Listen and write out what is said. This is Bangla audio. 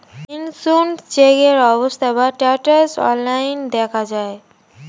ইস্যুড চেকের অবস্থা বা স্ট্যাটাস অনলাইন দেখা যায়